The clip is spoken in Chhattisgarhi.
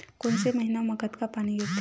कोन से महीना म कतका पानी गिरथे?